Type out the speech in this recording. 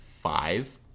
five